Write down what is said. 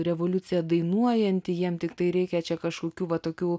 revoliucija dainuojanti jiem tiktai reikia čia kažkokių va tokių